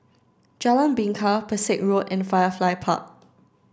Jalan Bingka Pesek Road and Firefly Park